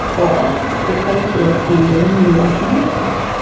or if they feared angering the us military,